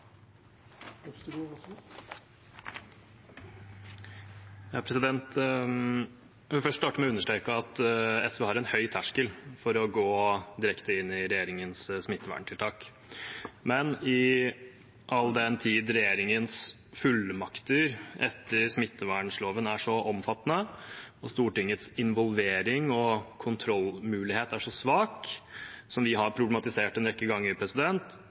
smittevernloven er så omfattende, og Stortingets involvering og kontrollmulighet er så svak, som vi har problematisert en rekke ganger,